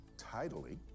tidally